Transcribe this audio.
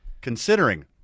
Considering